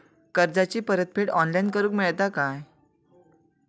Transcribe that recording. कर्जाची परत फेड ऑनलाइन करूक मेलता काय?